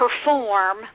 perform